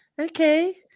okay